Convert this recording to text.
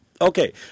Okay